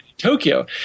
tokyo